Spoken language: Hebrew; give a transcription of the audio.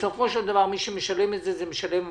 בסופו של דבר מי שמשלם זה משלם המיסים.